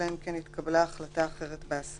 אלא אם כן התקבלה החלטה אחרת בהשגה.